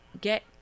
get